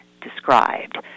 described